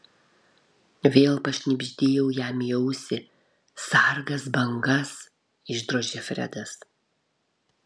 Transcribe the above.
vėl pašnibždėjau jam į ausį sargas bangas išdrožė fredas